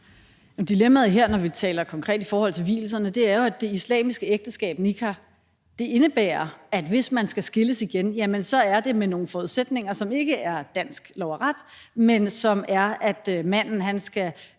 dilemmaet her, når vi taler konkret om vielserne, er jo, at det islamiske ægteskab, nikkah, indebærer, at det, hvis man skal skilles igen, så er med nogle forudsætninger, som ikke er dansk lov og ret, men som er, at manden skal